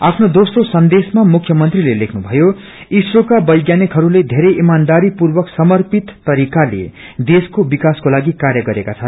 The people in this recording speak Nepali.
आफ्नो दोस्रो ट्विटमा मुख्यमन्त्रीले लेख्नु भयो ईस्रोक्र वैज्ञानिकहरूले धेरै इमानदारी पूर्वक समर्पित तरीकाले देशको विकासकोलागि कार्य गरेका छन्